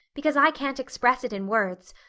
because i can't express it in words.